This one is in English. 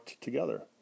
together